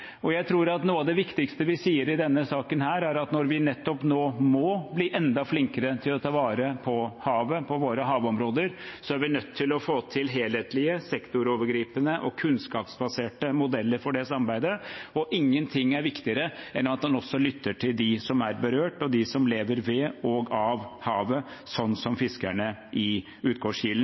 Jeg tror at noe av det viktigste vi sier i denne saken her, er at når vi nettopp nå må bli enda flinkere til å ta vare på havet, på våre havområder, er vi nødt til å få til helhetlige, sektorovergripende og kunnskapsbaserte modeller for det samarbeidet. Ingenting er viktigere enn at man også lytter til dem som er berørt, og dem som lever ved og av havet, sånn som fiskerne i Utgårdskilen.